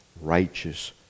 righteous